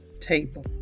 table